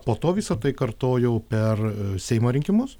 po to visą tai kartojau per seimo rinkimus